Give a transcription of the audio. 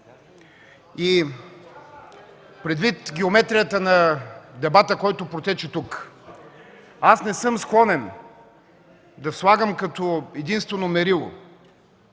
Предвид „геометрията” на дебата, който протече тук, аз не съм склонен да слагам като единствено мерило